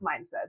mindset